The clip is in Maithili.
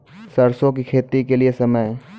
सरसों की खेती के लिए समय?